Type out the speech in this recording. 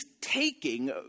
taking